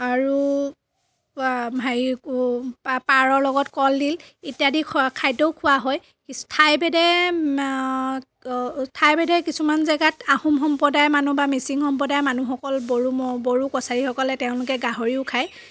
আৰু হেৰি পাৰৰ লগত কলডিল ইত্যাদি খাদ্যও খোৱা হয় ঠাই ভেদে ঠাই ভেদে কিছুমান জাগাত আহোম সম্প্ৰদায় মানুহ বা মিচিং সম্প্ৰদায়ৰ মানুহসকল বড়ো ম বড়ো কছাৰীসকলে তেওঁলোকে গাহৰিও খায়